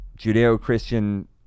Judeo-Christian